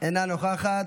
אינה נוכחת.